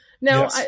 Now